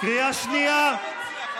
לא שמעת את השנייה.